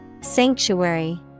Sanctuary